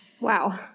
Wow